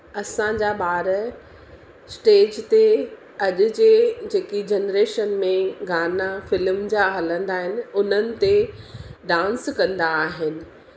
असांजा ॿार स्टेज ते अॼु जे जेकी जनरेशन में गाना फिल्म जा हलंदा आहिनि उन्हनि ते डांस कंदा आहिनि